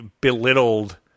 belittled